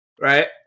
Right